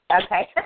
Okay